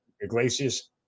Iglesias